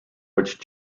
which